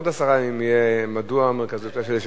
עוד עשרה ימים יהיה, מדוע מרכזיותה של האשה.